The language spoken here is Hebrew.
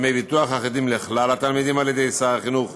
דמי ביטוח אחידים לכלל התלמידים על-ידי שר החינוך